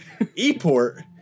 Eport